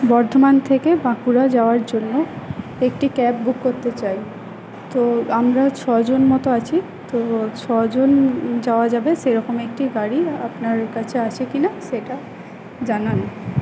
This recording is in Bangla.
বর্ধমান থেকে বাঁকুড়া যাওয়ার জন্য একটি ক্যাব বুক করতে চাই তো আমরা ছজন মতো আছি তো ছজন যাওয়া যাবে সেরকম একটি গাড়ি আপনার কাছে আছে কি না সেটা জানান